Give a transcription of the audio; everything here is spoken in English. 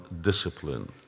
discipline